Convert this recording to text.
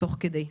תוך כדי.